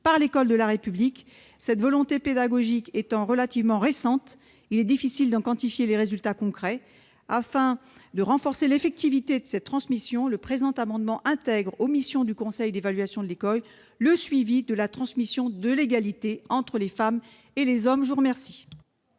par l'école de la République. Cette volonté pédagogique étant relativement récente, il est difficile d'en quantifier les résultats concrets. Afin de renforcer l'effectivité de cette transmission, le présent amendement tend à intégrer aux missions du conseil d'évaluation de l'école le suivi de la transmission de l'égalité entre les femmes et les hommes. Madame Robert,